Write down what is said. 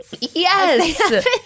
Yes